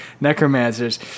Necromancers